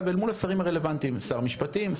ואל מול השרים הרלוונטיים שר המשפטים,